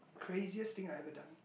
craziest thing I have ever done